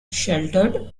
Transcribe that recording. sheltered